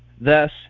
Thus